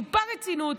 טיפה רצינות,